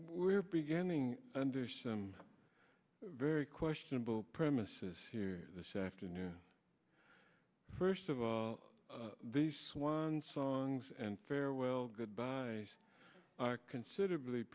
we're beginning under some very questionable premises here this afternoon first of all the swan songs and farewell goodbyes are considerably